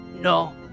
No